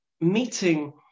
meeting